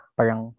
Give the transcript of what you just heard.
Parang